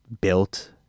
built—